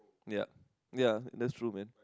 ya ya that's true man